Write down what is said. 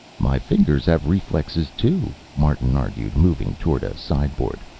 my fingers have reflexes too, martin argued, moving toward a sideboard.